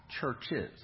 churches